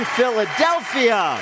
Philadelphia